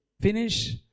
finish